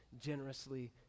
generously